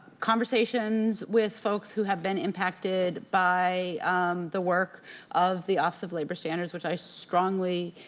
conversations with folks who have been impacted, by the work of the office of labor standards, which i strongly